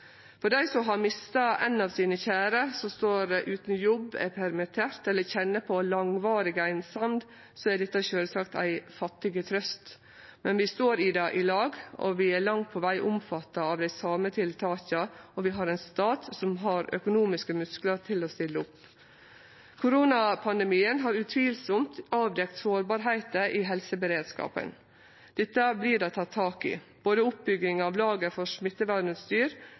For dei som har mista ein av sine kjære, som står utan jobb, er permitterte eller kjenner på langvarig einsemd, er dette sjølvsagt ei fattig trøyst, men vi står i det i lag, vi er langt på veg omfatta av dei same tiltaka, og vi har ein stat som har økonomiske musklar til å stille opp. Koronapandemien har utvilsamt avdekt sårbarheiter i helseberedskapen. Dette vert det teke tak i, både oppbygginga av lager for